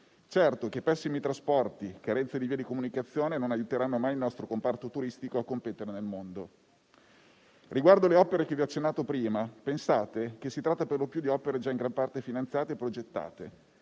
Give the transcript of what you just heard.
Certo che pessimi trasporti e carenze di vie di comunicazione non aiuteranno mai il nostro comparto turistico a competere nel mondo. Riguardo alle opere a cui ho accennato prima, pensate che si tratta perlopiù di opere in gran parte già finanziate e progettate.